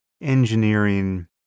engineering